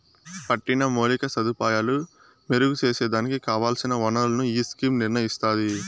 పట్టిన మౌలిక సదుపాయాలు మెరుగు సేసేదానికి కావల్సిన ఒనరులను ఈ స్కీమ్ నిర్నయిస్తాది